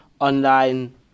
online